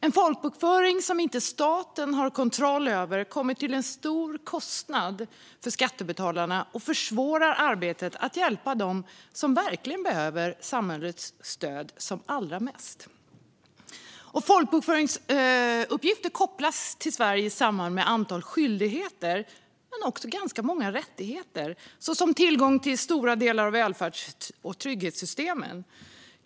En folkbokföring som staten inte har kontroll över blir till en stor kostnad för skattebetalarna och försvårar arbetet att hjälpa dem som verkligen behöver samhällets stöd som allra mest. Folkbokföringsuppgifter kopplas i Sverige samman med ett antal skyldigheter men också ganska många rättigheter, såsom tillgång till stora delar av välfärds och trygghetssystemen.